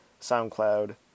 SoundCloud